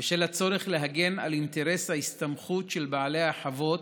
ובשל הצורך להגן על אינטרס ההסתמכות של בעלי החוות,